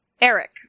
Eric